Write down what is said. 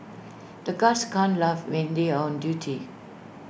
the guards can't laugh when they are on duty